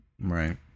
Right